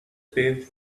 paved